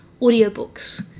audiobooks